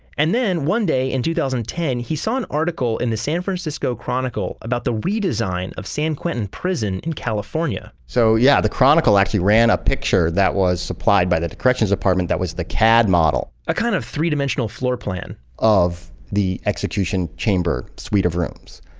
and then one day in two thousand and ten, he saw an article in the san francisco chronicle about the redesign of san quentin prison in california. so yeah, the chronicle actually ran a picture that was supplied by the the corrections department that was the cad model a kind of three-dimensional floor plan of the execution chamber suite of rooms.